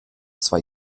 zwei